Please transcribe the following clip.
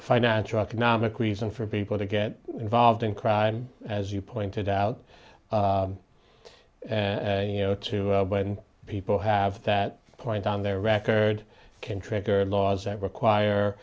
financial economic reason for people to get involved in crime as you pointed out and you know too when people have that point on their record contract or laws that require